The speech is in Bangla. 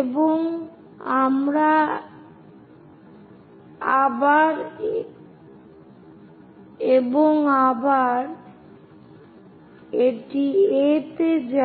এবং আবার ও এটি A তে যায়